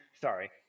sorry